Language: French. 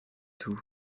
tout